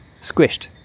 Squished